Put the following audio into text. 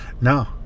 No